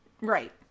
Right